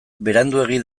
beranduegi